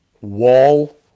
Wall